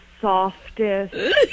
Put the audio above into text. softest